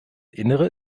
innere